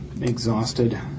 Exhausted